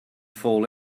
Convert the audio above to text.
fall